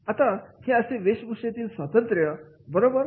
आता हे असे वेशभूषेतील स्वातंत्र्य बरोबर